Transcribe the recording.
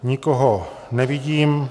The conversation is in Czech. Nikoho nevidím.